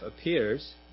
appears